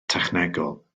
technegol